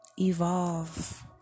Evolve